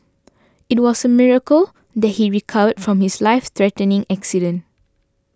it was a miracle that he recovered from his life threatening accident